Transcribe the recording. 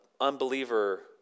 unbeliever